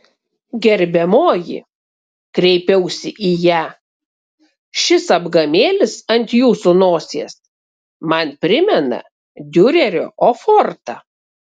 gerbiamoji kreipiausi į ją šis apgamėlis ant jūsų nosies man primena diurerio ofortą